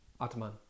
Atman